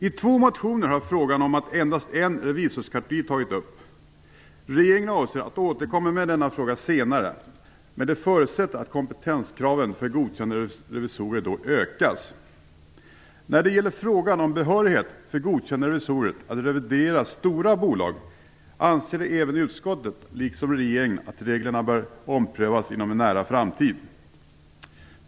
I två motioner har frågan om att endast en revisorskategori tagits upp. Regeringen avser att återkomma till denna fråga senare, men det förutsätter att kompetenskraven för godkända revisorer då ökas. När det gäller frågan om behörighet för godkända revisorer att revidera stora bolag anser även utskottet liksom regeringen att reglerna bör kunna omprövas inom en nära framtid.